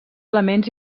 elements